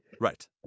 right